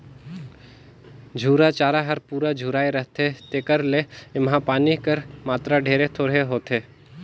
झूरा चारा हर पूरा झुराए रहथे तेकर ले एम्हां पानी कर मातरा ढेरे थोरहें होथे